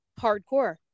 Hardcore